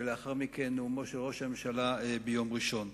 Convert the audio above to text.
לאחר מכן נאומו של ראש הממשלה ביום ראשון.